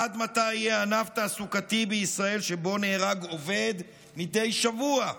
עד מתי יהיה ענף תעסוקתי בישראל שבו נהרג עובד מדי שבוע?